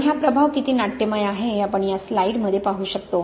आणि हा प्रभाव किती नाट्यमय आहे हे आपण या स्लाइडमध्ये पाहू शकतो